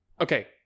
okay